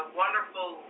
wonderful